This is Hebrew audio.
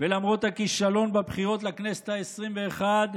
ולמרות הכישלון בבחירות לכנסת העשרים-ואחת,